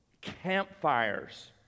campfires